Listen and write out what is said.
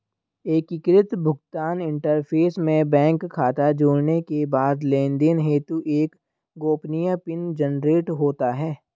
एकीकृत भुगतान इंटरफ़ेस में बैंक खाता जोड़ने के बाद लेनदेन हेतु एक गोपनीय पिन जनरेट होता है